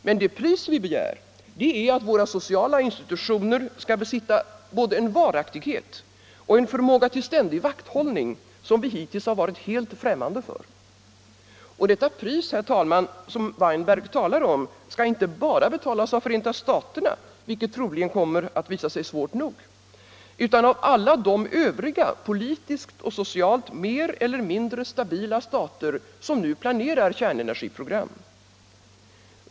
Men det pris vi begär är att våra sociala institutioner skall besitta både en varaktighet och en förmåga till ständig vakthållning som vi hittills har varit helt främmande för. Och detta pris, herr talman, som Weinberg talar om skall inte bara betalas av Förenta staterna, vilket troligen kommer att visa sig svårt nog, utan av alla de övriga, politiskt och socialt mer eller mindre stabila stater som nu planerar kärnenergiprogram.